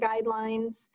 guidelines